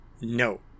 No